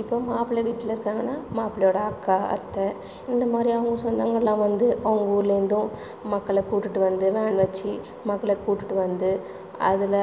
இப்போ மாப்பிள வீட்டில் இருக்காங்கன்னா மாப்ளையோட அக்கா அத்தை இந்த மாரி அவங்கவுங்க சொந்தங்கள்லாம் வந்து அவங்க ஊர்லேந்தும் மக்களை கூட்டிகிட்டு வந்து வேன் வச்சு மக்களை கூட்டிகிட்டு வந்து அதில்